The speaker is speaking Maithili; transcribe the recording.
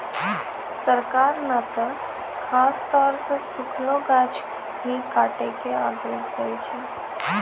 सरकार नॅ त खासतौर सॅ सूखलो गाछ ही काटै के आदेश दै छै